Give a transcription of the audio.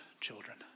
children